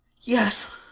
Yes